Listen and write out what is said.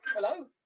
Hello